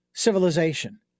civilization